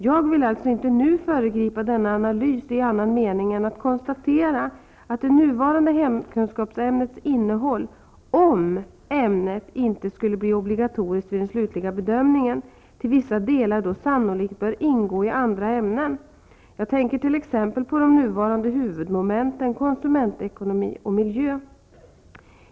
Jag vill alltså inte nu föregripa denna analys i annan mening än att konstatera att det nuvarande hemkunskapsämnets innehåll, om ämnet inte blir obligatoriskt vid den slutliga bedömningen, till vissa delar då sannolikt bör ingå i andra ämnen. Jag tänker t.ex. på de nuvarande huvudmomenten konsumentekonomi och miljö.